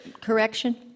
Correction